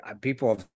people